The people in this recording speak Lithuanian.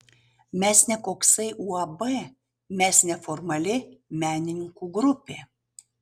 mes ne koksai uab mes neformali menininkų grupė